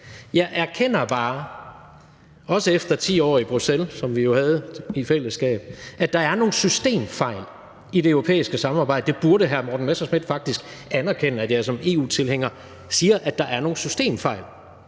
Jeg erkender bare, også efter de 10 år i Bruxelles, som vi jo havde i fællesskab, at der er nogle systemfejl i det europæiske samarbejde. Hr. Morten Messerschmidt burde faktisk anerkende, at jeg som EU-tilhænger siger, at der er nogle systemfejl.